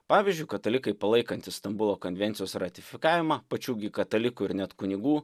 pavyzdžiui katalikai palaikantys stambulo konvencijos ratifikavimą pačių gi katalikų ir net kunigų